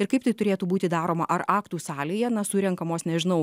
ir kaip tai turėtų būti daroma ar aktų salėje na surenkamos nežinau